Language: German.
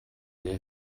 der